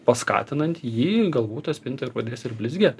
paskatinant jį galbūt ta spinta ir pradės ir blizgėt